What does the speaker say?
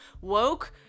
woke